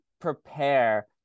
prepare